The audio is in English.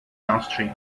downstream